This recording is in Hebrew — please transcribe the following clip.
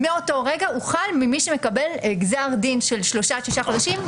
מאותו רגע הוא חל על מי שמקבל גזר דין של שלושה עד שישה חודשים.